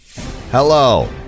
Hello